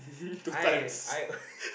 I I